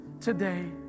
today